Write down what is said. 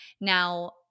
Now